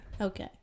okay